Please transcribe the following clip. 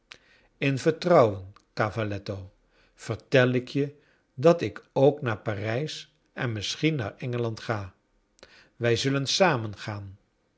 in vertrouwen cavalletto vertel ik je dat ik ook naar parijs en misschien naar engeland ga wij zullen samen